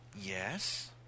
Yes